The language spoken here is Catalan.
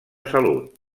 salut